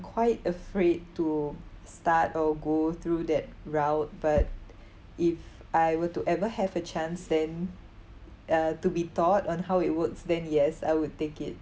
quite afraid to start or go through that route but if I were to ever have a chance then uh to be taught on how it works then yes I would take it